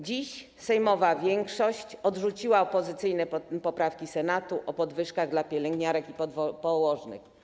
Dziś sejmowa większość odrzuciła opozycyjne poprawki Senatu dotyczące podwyżek dla pielęgniarek i położonych.